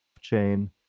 chain